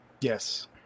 Yes